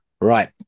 right